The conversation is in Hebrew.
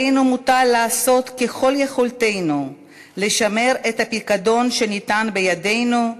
מוטל עלינו לעשות ככל יכולתנו לשמר את הפיקדון שניתן בידנו,